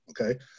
Okay